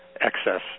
excess